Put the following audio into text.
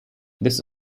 this